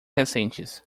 recentes